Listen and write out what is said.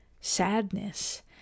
sadness